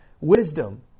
Wisdom